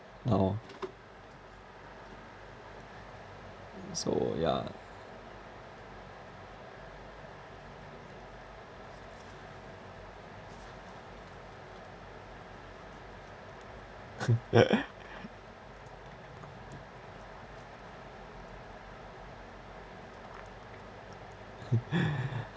ya lor so yeah